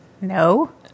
No